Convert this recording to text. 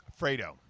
Fredo